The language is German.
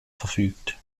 verfügt